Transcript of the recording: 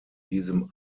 diesem